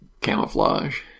Camouflage